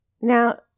Now